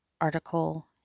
article